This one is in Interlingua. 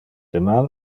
deman